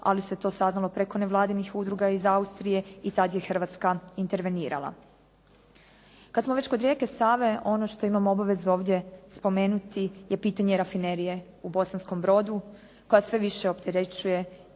ali se to saznalo preko nevladinih udruga iz Austrije i tada je Hrvatska intervenirala. Kada smo već kod rijeke Save ono što imamo obavezu ovdje spomenuti je pitanje rafinerije u Bosanskom Brodu koja sve više opterećuje